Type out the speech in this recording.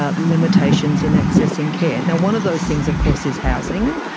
ah limitations in accessing care. and one of those things of course is housing.